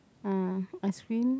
uh ice cream